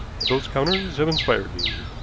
but those counters have inspired me.